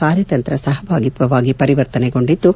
ಕಾರ್ಯತಂತ್ರ ಸಹಭಾಗಿತ್ವವಾಗಿ ಪರಿವರ್ತನೆಗೊಂಡಿದ್ದು